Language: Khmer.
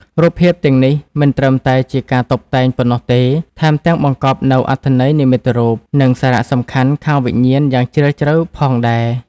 រូបភាពទាំងនេះមិនត្រឹមតែជាការតុបតែងប៉ុណ្ណោះទេ ថែមទាំងបង្កប់នូវអត្ថន័យនិមិត្តរូប និងសារៈសំខាន់ខាងវិញ្ញាណយ៉ាងជ្រាលជ្រៅផងដែរ។